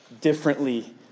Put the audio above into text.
differently